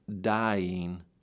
dying